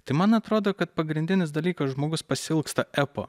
tai man atrodo kad pagrindinis dalykas žmogus pasiilgsta epo